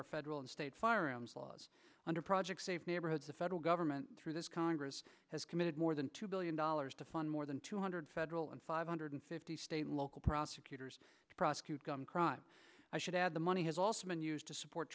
our federal and state firearms laws under project safe neighborhoods the federal government through this congress has committed more than two billion dollars to fund more than two hundred federal and five hundred fifty state local prosecutor prosecute gun crime i should add the money has also been used to support